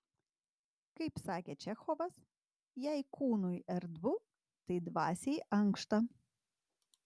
kaip sakė čechovas jei kūnui erdvu tai dvasiai ankšta